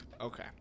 Okay